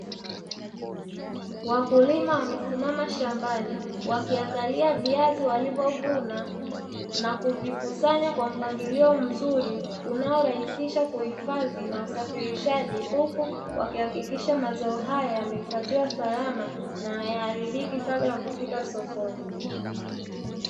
Wakulima wamesimama shambani wakiangalia viazi walivyovuna na kuvikusanya kwa mpangilio mzuri, unaorahisisha kuhifadhi na usafirishaji huku wakihakikisha mazao haya yamehifadhiwa salama na hayaharibiki kabla ya kufika sokoni.